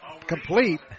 complete